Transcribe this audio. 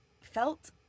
felt